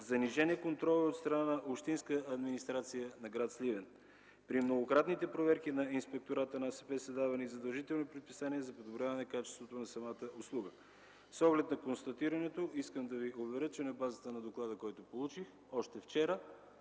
Занижен е контролът от страна на Общинска администрация на гр. Сливен. При многократните проверки на Инспектората на Агенцията за социално подпомагане са давани задължителни предписания за подобряване качеството на самата услуга. С оглед на констатираното искам да Ви благодаря, че на базата на доклада, който получих още вчера,